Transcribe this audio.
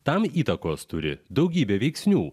tam įtakos turi daugybė veiksnių